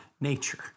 nature